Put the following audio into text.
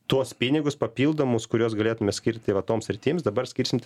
tuos pinigus papildomus kuriuos galėtumėme skirti va toms sritims dabar skirsim